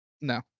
No